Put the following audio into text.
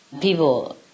people